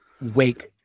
wake